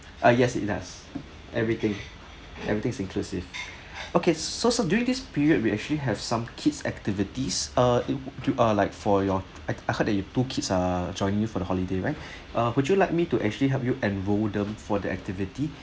uh yes it does everything everything is inclusive okay so so during this period we actually have some kids activities err it would err like for your I I heard that you've two kids err joining you for the holiday right uh would you like me to actually help you enrol them for the activity